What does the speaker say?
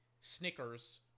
Snickers